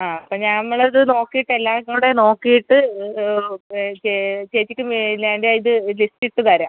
ആ അപ്പം ഞാൻ നമ്മളത് നോക്കിയിട്ട് എല്ലാം കൂടെ നോക്കിയിട്ട് ചേച്ചിക്ക് ആയിട്ട് ലിസ്റ്റ് ട്ട് തരാം